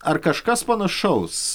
ar kažkas panašaus